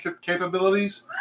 capabilities